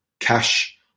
cash